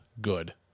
good